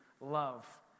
love